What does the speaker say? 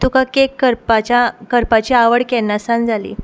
तुका केक करपाच्या करपाची आवड केन्नासान जाली